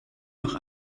noch